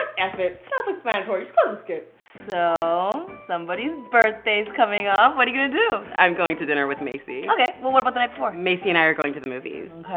f it, self explanatory, just go to the skit. so somebody's birthday's coming up. what are you gonna do? i'm going to dinner with macy. okay, well what about the night before. macy and i are going to the movies.